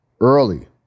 early